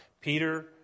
Peter